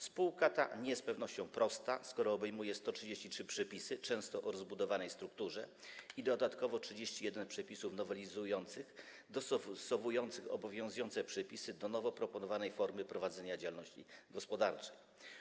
Spółka ta nie jest z pewnością prosta, skoro to obejmuje 133 przepisy, często o rozbudowanej strukturze, i dodatkowo 31 przepisów nowelizujących, dostosowujących obowiązujące przepisy do nowo proponowanej formy prowadzenia działalności gospodarczej.